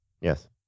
Yes